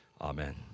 Amen